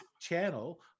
channel